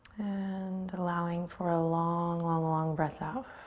and allowing for a long, long, long breath out.